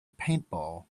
paintball